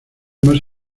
más